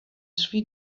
three